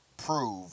prove